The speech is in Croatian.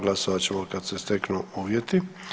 Glasovat ćemo kad se steknu uvjeti.